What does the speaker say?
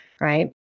Right